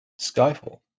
Skyfall